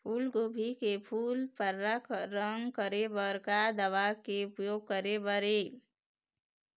फूलगोभी के फूल पर्रा रंग करे बर का दवा के उपयोग करे बर ये?